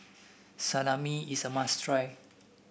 salami is a must try